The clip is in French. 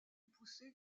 poussé